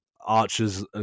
Archer's